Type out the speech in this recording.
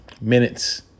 minutes